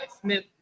Smith